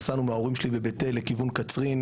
נסענו עם ההורים שלי בבית אל לכיוון קצרין,